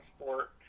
sport